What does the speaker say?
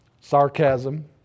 Sarcasm